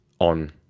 on